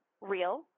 real